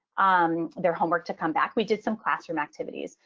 um their homework to come back. we did some classroom activities.